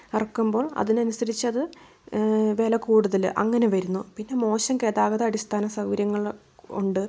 ഇറക്കുമ്പോൾ അതിനനുസരിച്ചത് വിലകൂടുതല് അങ്ങനെ വരുന്നു പിന്നെ മോശം ഗതാഗത അടിസ്ഥാന സൗകര്യങ്ങളൊണ്ട്